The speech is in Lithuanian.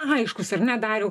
aiškus ar ne dariau